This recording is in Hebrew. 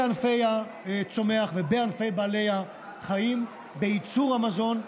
בענפי הצומח ובענפי בעלי החיים, בייצור המזון,